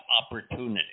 opportunity